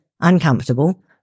uncomfortable